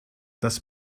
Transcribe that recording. dass